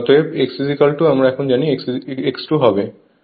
অতএব X আমরা এখন জানি X2